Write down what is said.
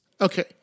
okay